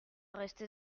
resté